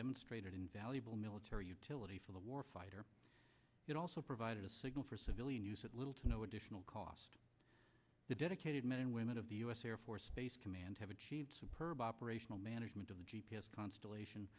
demonstrated invaluable military utility for the war fighter it also provided a signal for civilian use at little to no additional cost the dedicated men and women of the u s air force space command have achieved some per bopper ational management of the g p s constellation